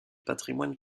patrimoine